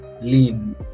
lean